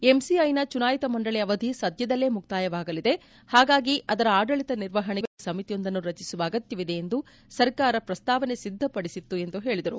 ಎಂಸಿಐನ ಚುನಾಯಿತ ಮಂಡಳಿ ಅವಧಿ ಸದ್ದದಲ್ಲೇ ಮುಕ್ತಾಯವಾಗಲಿದೆ ಹಾಗಾಗಿ ಅದರ ಆಡಳಿತ ನಿರ್ವಹಣೆಗೆ ಗಣ್ಣ ವ್ವಕ್ತಿಯ ಸಮಿತಿಯೊಂದನ್ನು ರಚಿಸುವ ಅಗತ್ಯವಿದೆ ಎಂದು ಸರ್ಕಾರ ಪ್ರಸ್ತಾವನೆ ಸಿದ್ದಪಡಿಸಿತ್ತು ಎಂದು ಹೇಳಿದರು